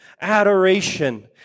adoration